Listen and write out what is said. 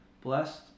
blessed